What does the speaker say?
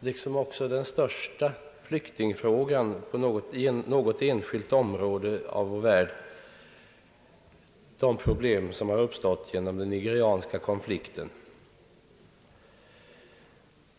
liksom också den största flyktingfrågan i något enskilt område av de problem som uppstått genom den nigerianska konflikten.